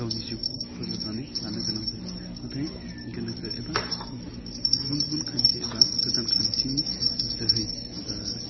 गावनि जिउखौ फोजोबनानै लानो गोनां जायो नाथाय गोनोखो एबा गुबुन गुबुन खान्थि एबा गोदान खान्थिनि जोहै ओह